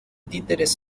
títeres